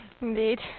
Indeed